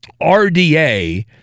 RDA